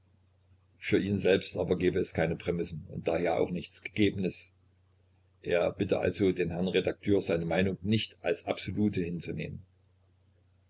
für ihn selbst aber gebe es keine prämissen und daher auch nichts gegebenes er bitte also den herrn redakteur seine meinungen nicht als absolute hinzunehmen